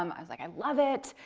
um i was like, i love it!